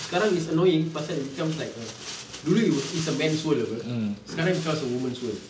sekarang is annoying pasal it's become like a dulu it's a man's world apa sekarang becomes a woman's world